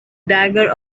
dagger